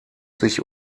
sich